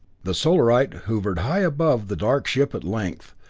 the solarite hovered high above the dark ship at length,